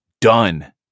done